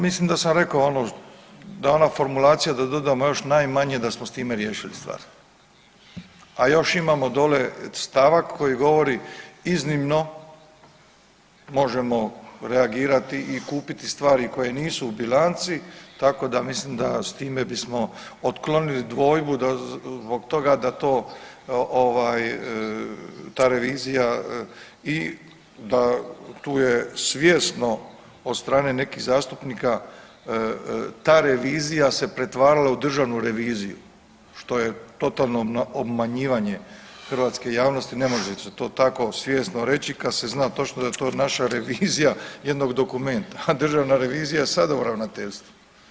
Mislim da sam rekao ono, da ona formulacija da dodamo još najmanje da smo s time riješili stvar, a još imamo dolje stavak koji govori, iznimno, možemo reagirati i kupiti stvari koje i nisu u bilanci, tako da mislim da s time bismo otklonili dvojbu zbog toga da to ovaj, ta revizija i da tu je svjesno od strane nekih zastupnika ta revizija se pretvarala u državnu reviziju, što je totalno obmanjivanje hrvatske javnosti, ne može se to tako svjesno reći kad se zna točno da to naša revizija jednog dokumenta, a Državna revizija je sada u Ravnateljstvu.